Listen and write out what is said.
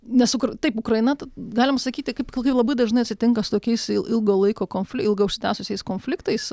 nesukur taip ukraina galim sakyti kaip ilgai labai dažnai atsitinka su tokiais ilgo laiko konfli ilgai užsitęsusiais konfliktais